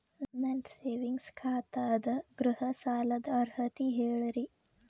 ನನ್ನ ಸೇವಿಂಗ್ಸ್ ಖಾತಾ ಅದ, ಗೃಹ ಸಾಲದ ಅರ್ಹತಿ ಹೇಳರಿ?